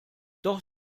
doch